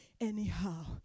anyhow